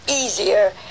easier